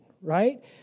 right